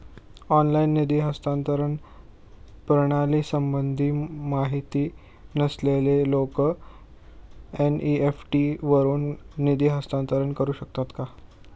Online निधी हस्तांतरण प्रणालीसंबंधी माहिती नसलेले लोक एन.इ.एफ.टी वरून निधी हस्तांतरण करू शकतात का?